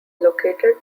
located